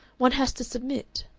one has to submit.